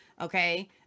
Okay